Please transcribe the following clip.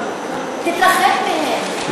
תתרחק מהם,